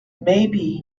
maybe